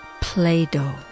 Play-Doh